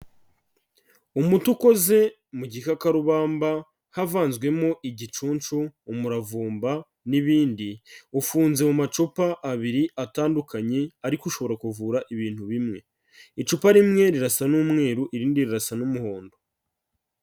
Umuti ukoze mu gikakarubamba havanzwemo igicuncu, umuravumba, n'ibindi, ufunze mu macupa abiri atandukanye, ariko ushobora kuvura ibintu bimwe, icupa rimwe rirasa n'umweru, irindi rirasa n'umuhondo.